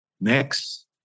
Next